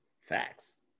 Facts